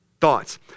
thoughts